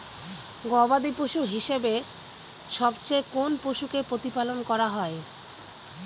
গবাদী পশু হিসেবে সবচেয়ে কোন পশুকে প্রতিপালন করা হয়?